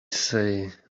say